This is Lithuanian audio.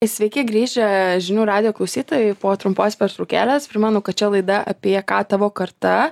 sveiki grįžę žinių radijo klausytojai po trumpos pertraukėlės primenu kad čia laida apie ką tavo karta